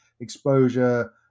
exposure